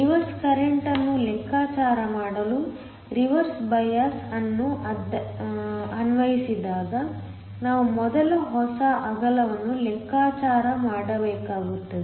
reverse current ಅನ್ನು ಲೆಕ್ಕಾಚಾರ ಮಾಡಲು ರಿವರ್ಸ್ ಬಯಾಸ್ ಅನ್ನು ಅನ್ವಯಿಸಿದಾಗ ನಾವು ಮೊದಲು ಹೊಸ ಅಗಲವನ್ನು ಲೆಕ್ಕಾಚಾರ ಮಾಡಬೇಕಾಗುತ್ತದೆ